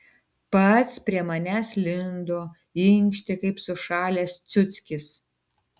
pats prie manęs lindo inkštė kaip sušalęs ciuckis